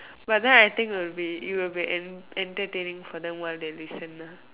but then I think will be it will be en~ entertaining for them while they listen ah